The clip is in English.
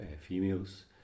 females